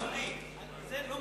על-פי סדר-היום